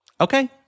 Okay